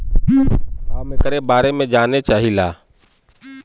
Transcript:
हम एकरे बारे मे जाने चाहीला?